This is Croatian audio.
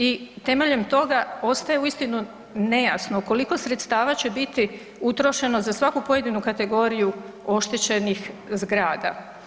I temeljem toga ostaje uistinu nejasno koliko sredstava će biti utrošeno za svaku pojedinu kategoriju oštećenih zgrada.